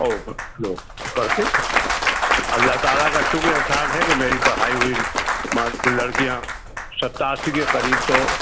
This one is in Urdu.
اور لوگ پڑھتے ہیں اللہ تعالیٰ کا شکر احسان ہے کہ میری پڑھائی ہوئی لڑکیاں ستاسی کے قریب تو